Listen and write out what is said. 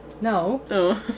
No